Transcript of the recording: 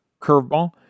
curveball